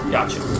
Gotcha